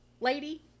lady